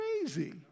crazy